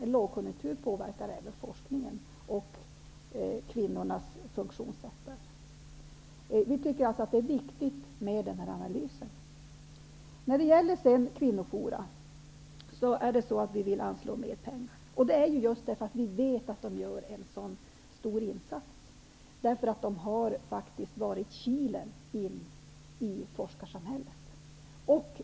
En lågkonjunktur påverkar också forskningen och kvinnornas funktionssätt. Vi tycker alltså att det är viktigt med analyser. Vi vill anslå mer pengar till kvinnoforum. Vi vet att de gör en stor insats. De har faktiskt varit kilen in i forskarsamhället.